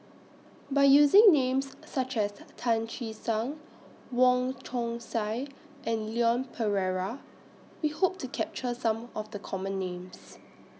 By using Names such as Tan Che Sang Wong Chong Sai and Leon Perera We Hope to capture Some of The Common Names